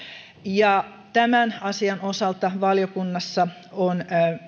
tämän asian osalta valiokunnassa on